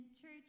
church